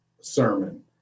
Sermon